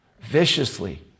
Viciously